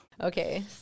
Okay